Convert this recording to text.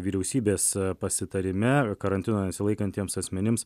vyriausybės pasitarime karantino nesilaikantiems asmenims